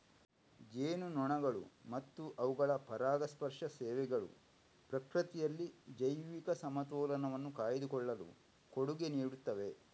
ಜೇನುನೊಣಗಳು ಮತ್ತು ಅವುಗಳ ಪರಾಗಸ್ಪರ್ಶ ಸೇವೆಗಳು ಪ್ರಕೃತಿಯಲ್ಲಿ ಜೈವಿಕ ಸಮತೋಲನವನ್ನು ಕಾಯ್ದುಕೊಳ್ಳಲು ಕೊಡುಗೆ ನೀಡುತ್ತವೆ